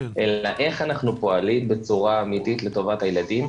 אלא איך אנחנו פועלים בצורה אמתית לטובת הילדים,